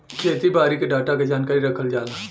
खेती बारी के डाटा क जानकारी रखल जाला